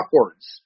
upwards